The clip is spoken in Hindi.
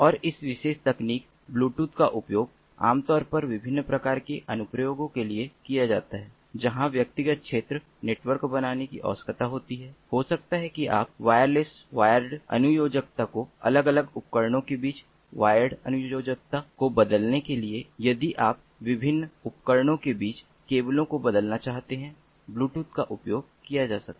और यह विशेष तकनीक ब्लूटूथ का उपयोग आमतौर पर विभिन्न प्रकार के अनुप्रयोगों के लिए किया जाता है जहां व्यक्तिगत क्षेत्र नेटवर्क बनाने की आवश्यकता होती है हो सकता है कि आप वायरलेस वायर्ड अनुयोजकता को अलग अलग उपकरणों के बीच वायर्ड अनुयोजकता को बदलने के लिए यदि आप विभिन्न उपकरणों के बीच केबलो को बदलना चाहते हैं ब्लूटूथ का उपयोग किया जा सकता है